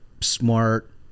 smart